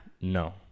No